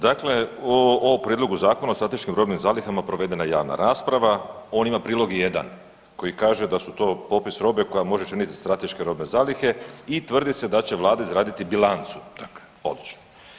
Dakle u ovom Prijedlogu Zakona o strateškim robnim zalihama provedena je javna rasprava, on ima prilog 1 koji kaže da su to popis robe koja može činiti strateške robne zalihe i tvrdi se da će Vlada izraditi bilancu .../nerazumljivo/... odlično.